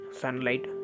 sunlight